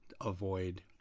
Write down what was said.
avoid